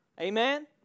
Amen